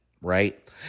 right